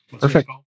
Perfect